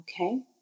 Okay